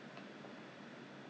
没有啊是 grill 的是吗